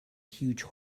huge